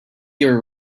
your